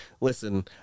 listen